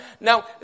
Now